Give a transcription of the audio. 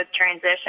transition